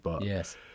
Yes